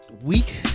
Week